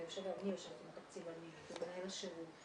אני יושבת עם התקציבאית ומנהל השירות,